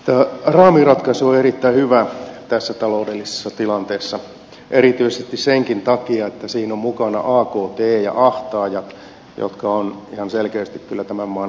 tämä raamiratkaisu on erittäin hyvä tässä taloudellisessa tilanteessa erityisesti senkin takia että siinä ovat mukana akt ja ahtaajat jotka ovat ihan selkeästi kyllä tämän maan lakkoherkin liitto